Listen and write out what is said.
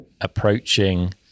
approaching